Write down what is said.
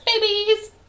babies